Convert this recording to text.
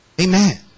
amen